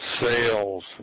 sales